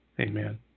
Amen